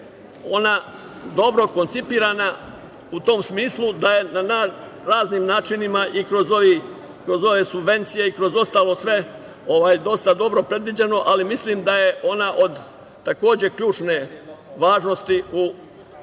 ona dobro koncipirana u tom smislu da je na raznim načinima i kroz ove subvencije i kroz ostalo sve dosta dobro predviđeno, ali mislim da je ona od takođe ključne važnosti u razvoju